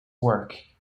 work